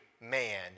man